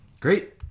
Great